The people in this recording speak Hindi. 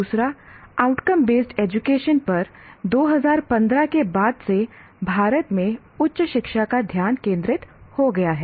दूसरा आउटकम बेस्ड एजुकेशन पर 2015 के बाद से भारत में उच्च शिक्षा का ध्यान केंद्रित हो गया है